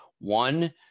One